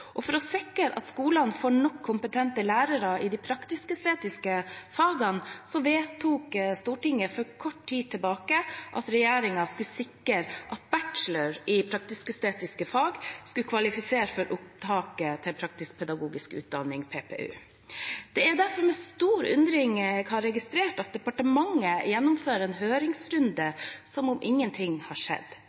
For å sikre at skolene får nok kompetente lærere i de praktisk-estetiske fagene, vedtok Stortinget for kort tid tilbake at regjeringen skulle sikre at bachelor i praktisk-estetiske fag skulle kvalifisere for opptak til praktisk-pedagogisk utdanning, PPU. Det er derfor med stor undring jeg har registrert at departementet gjennomfører en høringsrunde som om ingenting har skjedd.